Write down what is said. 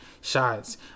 shots